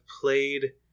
played